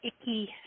icky